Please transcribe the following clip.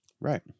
right